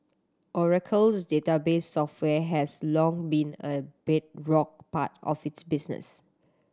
Oracle's database software has long been a bedrock part of its business